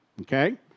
Okay